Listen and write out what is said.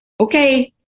okay